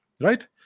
right